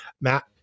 Matt